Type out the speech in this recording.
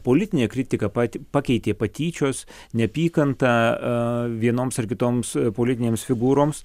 politinę kritiką pati pakeitė patyčios neapykanta aa vienoms ar kitoms e politinėms figūroms